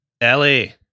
Ellie